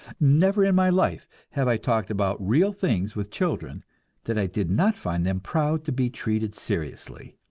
never in my life have i talked about real things with children that i did not find them proud to be treated seriously,